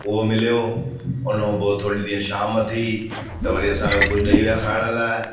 उहो मिलियो हुनखां पोइ थोरी जीअं शाम थी त वरी असांखे कुझु ॾेई विया खाइण लाइ